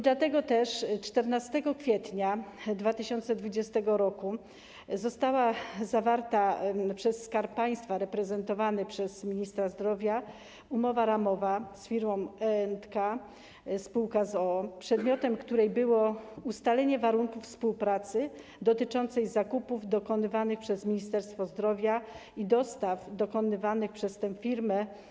Dlatego też 14 kwietnia 2020 r. została zawarta przez Skarb Państwa reprezentowany przez ministra zdrowia umowa ramowa z firmą E&K sp. z o.o., której przedmiotem było ustalenie warunków współpracy dotyczącej zakupów dokonywanych przez Ministerstwo Zdrowia i dostaw dokonywanych przez tę firmę.